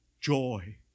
joy